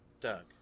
Doug